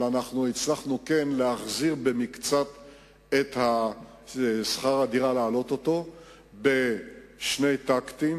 הצלחנו להעלות במקצת את שכר-הדירה בשני טקטים,